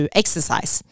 exercise 。